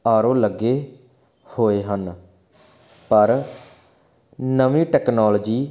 RO ਲੱਗੇ ਹੋਏ ਹਨ ਪਰ ਨਵੀਂ ਟੈਕਨੋਲੋਜੀ